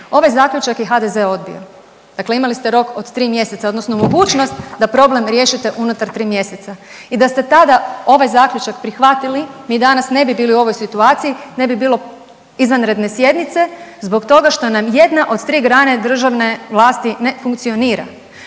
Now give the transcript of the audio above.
ovaj zaključak je HDZ odbio, dakle imali ste rok od tri mjeseca odnosno mogućnost da problem riješite unutar tri mjeseca i da ste tada ovaj zaključak prihvatili mi danas ne bi bili u ovoj situaciji ne bi bilo izvanredne sjednice zbog toga što nam jedna od tri grane državne vlasti ne funkcionira.